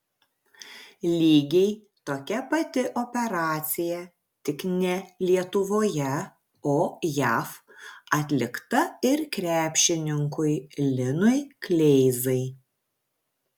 lygiai tokia pati operacija tik ne lietuvoje o jav atlikta ir krepšininkui linui kleizai